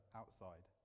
outside